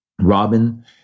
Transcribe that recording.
Robin